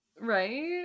Right